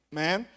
man